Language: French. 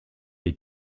les